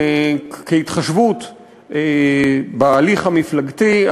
כהתחשבות בהליך המפלגתי,